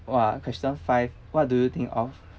!wah! question five what do you think of